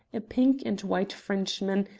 a pink-and-white frenchman,